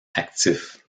actif